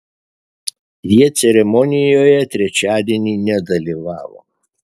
jie ceremonijoje trečiadienį nedalyvavo